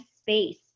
space